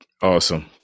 Awesome